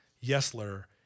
Yesler